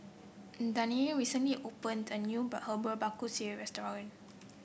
Danyelle recently opened a new Herbal Bak Ku Teh Restaurant